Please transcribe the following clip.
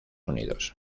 unidos